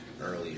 earlier